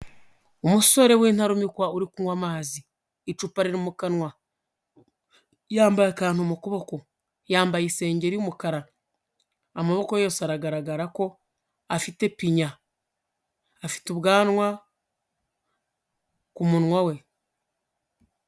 Umusore w'intarumikwa uri kunywa amazi, icupa riri mu kanwa, yambaye akantu mu kuboko, yambaye isenge y'umukara, amaboko yose aragaragara ko afite pinya, afite ubwanwa ku munwa we.